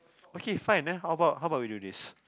okay fine then how about how about we do this